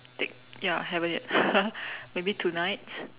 take ya haven't yet maybe tonight